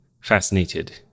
fascinated